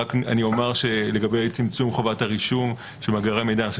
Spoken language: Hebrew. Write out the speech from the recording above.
לגבי צמצום חובת הרישום של מאגרי המידע,